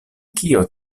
kio